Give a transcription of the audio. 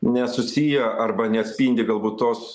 nesusiję arba neatspindi galbūt tos